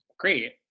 Great